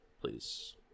please